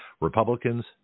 Republicans